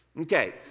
Okay